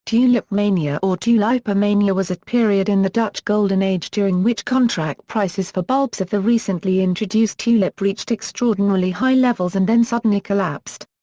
tulip mania or tulipomania was a period in the dutch golden age during which contract prices for bulbs of the recently introduced tulip reached extraordinarily high levels and then suddenly collapsed.